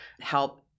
help